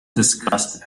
discussed